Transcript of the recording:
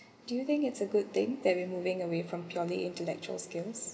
do you think it's a good thing that we moving away from purely intellectual skills